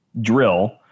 drill